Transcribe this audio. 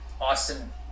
Austin